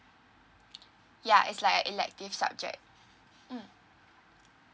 ya it's like a elective subject mm